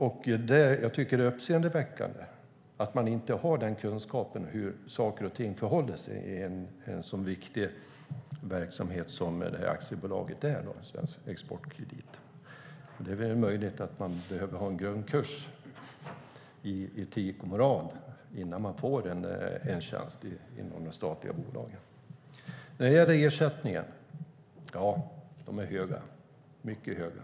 Jag tycker att det är uppseendeväckande att man inte har kunskap om hur saker och ting förhåller sig i en så viktig verksamhet som Aktiebolaget Svensk Exportkredit. Det är möjligt att man behöver ha en grundkurs i etik och moral innan man får en tjänst inom de statliga bolagen. När det gäller ersättningarna - ja, de är mycket höga.